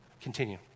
Continue